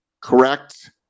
correct